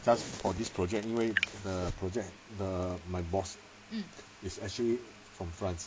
just for this project 因为 the project the my boss is actually from france